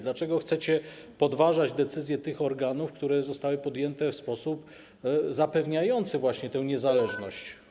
Dlaczego chcecie podważać decyzje tych organów, które zostały podjęte w sposób zapewniający właśnie tę niezależność?